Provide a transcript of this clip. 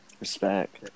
respect